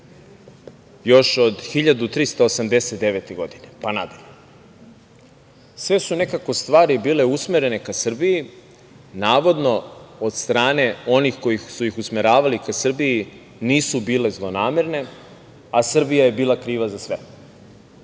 još od 1389. godine pa nadalje, sve su nekako stvari bile usmerene ka Srbiji, navodno od strane onih kojih su ih usmeravali ka Srbiji nisu bile zlonamerne, a Srbija je bila kriva za